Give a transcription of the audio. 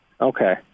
Okay